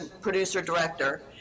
producer-director